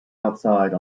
outside